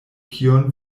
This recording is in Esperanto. kion